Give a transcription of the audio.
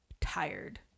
tired